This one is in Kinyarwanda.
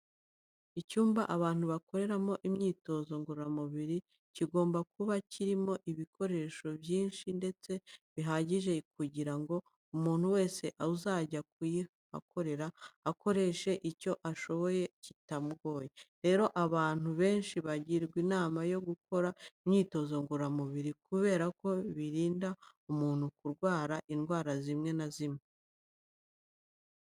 Icyumba abantu bakoreramo imyitozo ngororamubiri kigomba kuba kirimo ibikoresho byinshi ndetse bihagije kugira ngo umuntu wese uza kuyihakorera akoreshe icyo ashoboye kitamugoye. Rero abantu benshi bagirwa inama yo gukora imyitozo ngororamubiri kubera ko birinda umuntu kurwara indwara zimwe na zimwe.